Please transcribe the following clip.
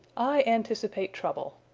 i anticipate trouble.